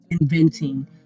inventing